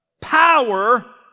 power